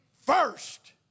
first